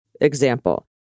example